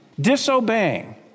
Disobeying